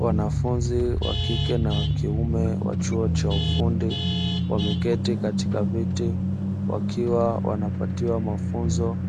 Wanafunzi wa kike na wa kiume wa chuo cha ufundi; wameketi katika viti, wakiwa wanapatiwa mafunzo